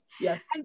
yes